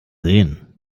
sehen